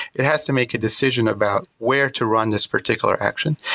it has to make a decision about where to run this particular action.